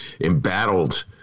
embattled